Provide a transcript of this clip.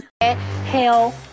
Hell